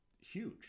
huge